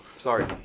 Sorry